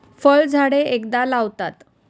फळझाडे एकदा लावतात